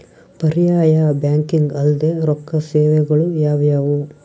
ಪರ್ಯಾಯ ಬ್ಯಾಂಕಿಂಗ್ ಅಲ್ದೇ ರೊಕ್ಕ ಸೇವೆಗಳು ಯಾವ್ಯಾವು?